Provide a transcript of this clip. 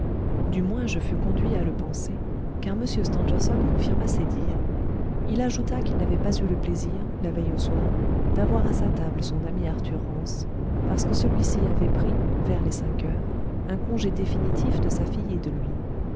du moins je fus conduit à le penser car m stangerson confirma ses dires il ajouta qu'il n'avait pas eu le plaisir la veille au soir d'avoir à sa table son ami arthur rance parce que celui-ci avait pris vers cinq heures un congé définitif de sa fille et de lui